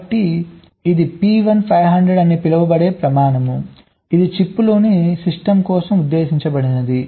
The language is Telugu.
కాబట్టి ఇది P1500 అని పిలువబడే ప్రమాణం ఇది చిప్లోని సిస్టమ్ కోసం ఉద్దేశించబడింది